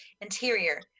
Interior